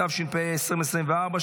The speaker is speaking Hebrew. התשפ"ה 2024,